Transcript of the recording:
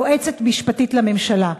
יועצת משפטית לממשלה.